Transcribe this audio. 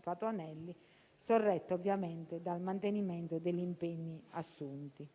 Patuanelli, sorretta ovviamente dal mantenimento degli impegni assunti.